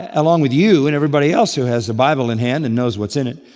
along with you, and everybody else who has the bible in hand and knows what's in it,